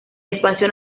espacio